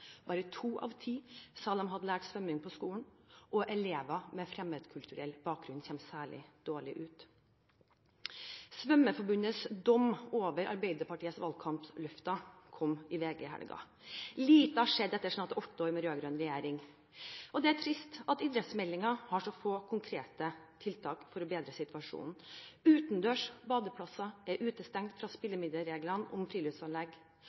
bare to av ti sa de hadde lært svømming på skolen, og elever med fremmedkulturell bakgrunn kommer særlig dårlig ut. Svømmeforbundets dom over Arbeiderpartiets valgkampløfte kom i VG i helgen: Lite har skjedd etter åtte år med rød-grønn regjering. Det er trist at idrettsmeldingen har så få konkrete tiltak for å bedre situasjonen. Utendørs badeplasser er utestengt fra spillemiddelreglene om friluftsanlegg,